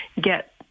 get